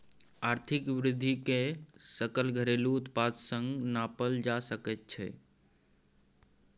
आर्थिक वृद्धिकेँ सकल घरेलू उत्पाद सँ नापल जा सकैत छै